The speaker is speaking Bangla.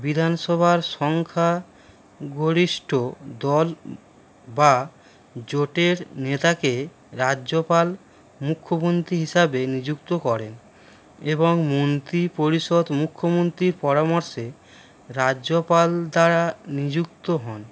বিধানসভার সংখ্যা গরিষ্ঠ দল বা জোটের নেতাকে রাজ্যপাল মুখ্যমন্ত্রী হিসাবে নিযুক্ত করেন এবং মন্ত্রী পরিষদ মুখ্যমন্ত্রীর পরামর্শে রাজ্যপাল দ্বারা নিযুক্ত হন